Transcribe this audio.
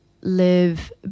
live